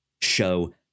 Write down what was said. show